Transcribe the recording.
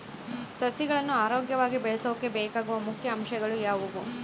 ಸಸಿಗಳನ್ನು ಆರೋಗ್ಯವಾಗಿ ಬೆಳಸೊಕೆ ಬೇಕಾಗುವ ಮುಖ್ಯ ಅಂಶಗಳು ಯಾವವು?